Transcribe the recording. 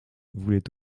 voulait